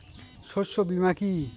শস্য বীমা কি?